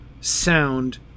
sound